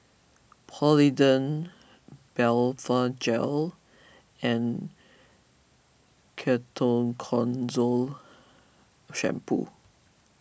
Polident Blephagel and Ketoconazole Shampoo